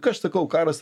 ką aš sakau karas